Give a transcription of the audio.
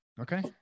okay